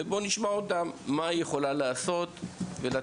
אז בוא נשמע את מה שהיא יכולה לעשות ובאיזה